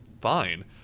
fine